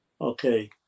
Okay